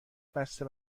بسته